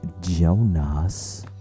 Jonas